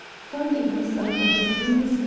finding himself on his knees,